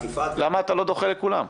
למה אתה לא דוחה לכולם?